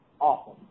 awesome